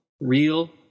real